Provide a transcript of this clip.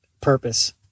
purpose